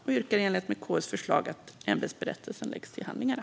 Jag yrkar i enlighet med KU:s förslag att JO:s ämbetsberättelse läggs till handlingarna.